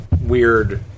weird